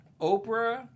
Oprah